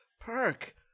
Perk